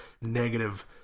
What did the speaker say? negative